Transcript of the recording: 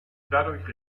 dadurch